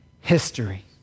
History